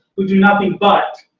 who do nothing but.